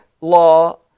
law